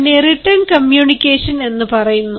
അതിനെ written communication എന്ന് പറയുന്നു